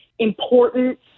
important